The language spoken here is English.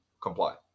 comply